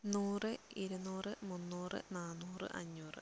നൂറ് ഇരുന്നൂറ് മുന്നൂറ് നാന്നൂറ് അഞ്ഞൂറ്